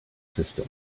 system